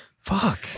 Fuck